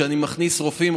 כשאני מכניס רופאים,